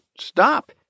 stop